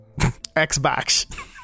Xbox